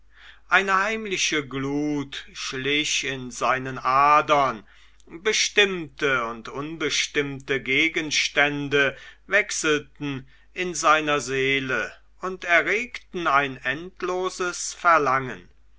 eine heimliche glut schlich in seinen adern bestimmte und unbestimmte gegenstände wechselten in seiner seele und erregten ein endloses verlangen